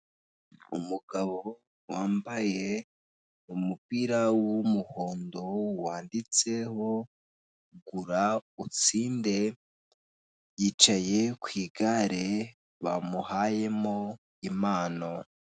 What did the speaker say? Umugabo wambaye umupira w'umuhondo wanditseho gura utsinde yicaye ku igare bamuhayemo impano.